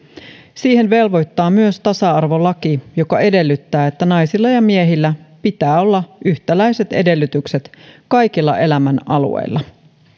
siihen velvoittaa myös tasa arvolaki joka edellyttää että naisilla ja miehillä pitää olla yhtäläiset edellytykset kaikilla elämänalueilla